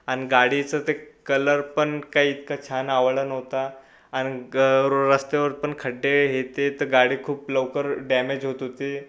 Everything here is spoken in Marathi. आणि गाडीचं ते कलर पण काही इतका छान आवडला नव्हता आणि गर् रस्त्यावर पण खड्डे हे ते तर गाडी खूप लवकर डॅमेज होत होती